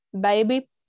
baby